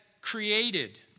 created